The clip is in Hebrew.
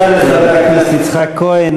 תודה לחבר הכנסת יצחק כהן.